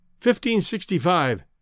1565